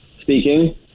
Speaking